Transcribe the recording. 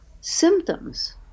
symptoms